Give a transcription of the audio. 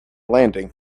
landing